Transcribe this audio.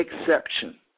exception